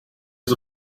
his